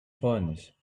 furnace